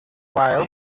while